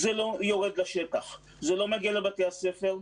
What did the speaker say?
זה לא יורד לשטח, זה לא מגיע לבתי הספר.